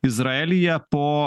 izraelyje po